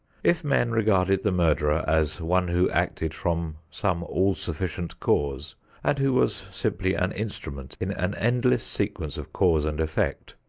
if men regarded the murderer as one who acted from some all-sufficient cause and who was simply an instrument in an endless sequence of cause and effect,